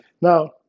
Now